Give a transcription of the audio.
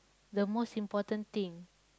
the most important thing